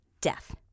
death